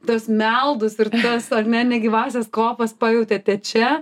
tas meldus ir tas ar ne negyvąsias kopas pajautėte čia